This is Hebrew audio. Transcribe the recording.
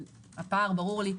הפער ברור לי,